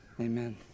Amen